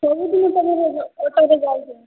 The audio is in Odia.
ସବୁ ଦିନି ତୁମର ଅଟୋରେ ଯାଇଛେଁ